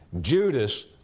Judas